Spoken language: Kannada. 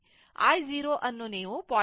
I0 ಅನ್ನು ನೀವು 0